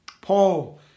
Paul